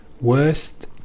worst